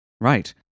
Right